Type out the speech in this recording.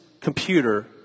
computer